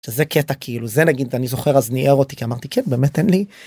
זה קטע כאילו זה נגיד אני זוכר אז ניער אותי אמרתי כן באמת אין לי.